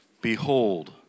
Behold